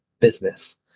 business